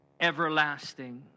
everlasting